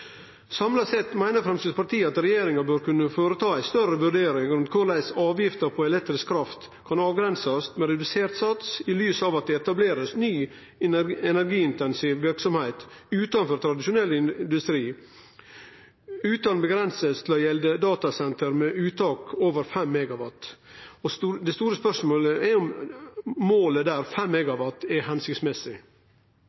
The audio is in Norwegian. Samla sett meiner Framstegspartiet at regjeringa bør kunne foreta ei større vurdering av korleis avgifta på elektrisk kraft kan avgrensast med redusert sats, i lys av at det blir etablert ny, energiintensiv verksemd utanfor tradisjonell industri, utan avgrensing til å gjelde datasenter med uttak over 5 MW. Det store spørsmålet er jo om målet